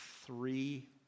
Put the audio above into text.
three